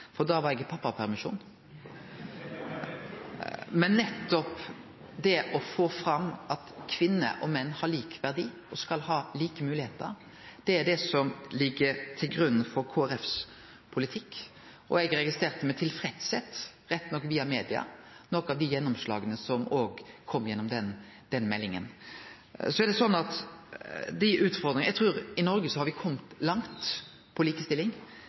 for da var eg i pappapermisjon! Nettopp å få fram at kvinner og menn har lik verdi og skal ha like moglegheiter, er det som ligg til grunn for Kristeleg Folkepartis politikk. Eg registrerte med tilfredsheit – rett nok via media – nokre av dei gjennomslaga som òg kom i den meldinga. Eg meiner at i Noreg har me kome langt når det gjeld likestilling, men samtidig er det veldig mykje som står att. Om eg skal peike på dei områda som eg